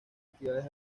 actividades